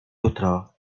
jutro